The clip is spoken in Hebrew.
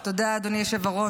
תודה, אדוני היושב-ראש.